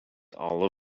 all